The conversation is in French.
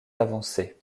avancer